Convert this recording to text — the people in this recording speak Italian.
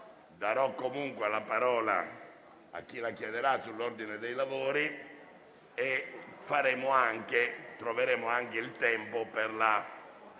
darò comunque la parola a chi la chiederà sull'ordine dei lavori e troveremo anche il tempo per la